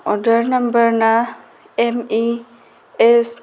order ꯅꯝꯕꯔꯅ M E ꯑꯦꯁ